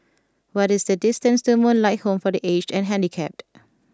what is the distance to Moonlight Home for the Aged and Handicapped